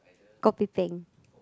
kopi peng